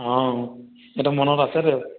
অঁ সেইটো মনত আছে তোৰ